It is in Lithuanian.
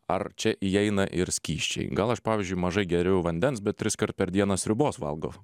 ar čia įeina ir skysčiai gal aš pavyzdžiui mažai geriu vandens bet triskart per dieną sriubos valgau